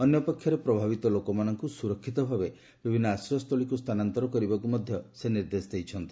ଅନ୍ୟପକ୍ଷରେ ପ୍ରଭାବିତ ଲୋକମାନଙ୍କୁ ସୁରକ୍ଷିତ ଭାବେ ବିଭିନ୍ନ ଆଶ୍ରୟସ୍ଥଳୀକୁ ସ୍ଥାନାନ୍ତର କରିବାକୁ ମଧ୍ୟ ନିର୍ଦ୍ଦେଶ ଦେଇଛନ୍ତି